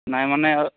নাই মানে